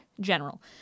General